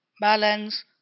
balance